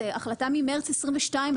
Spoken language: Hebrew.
זו החלטה ממרץ 22',